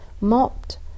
mopped